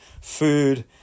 food